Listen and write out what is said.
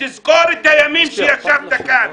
ותזכור את הימים שישבת כאן,